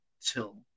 till